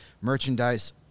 merchandise